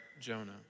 Jonah